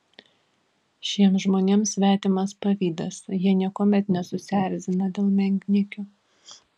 šiems žmonėms svetimas pavydas jie niekuomet nesusierzina dėl menkniekių